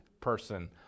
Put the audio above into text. person